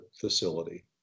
facility